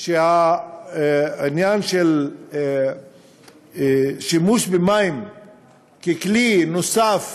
שהעניין של שימוש במים ככלי נוסף